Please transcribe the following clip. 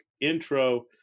intro